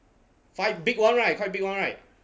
five big [one] [right] quite big [one] [right]